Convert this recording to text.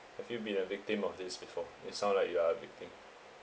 have you been a victim of this before it sound like you are a victim